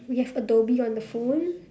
we have adobe on the phone